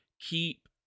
keep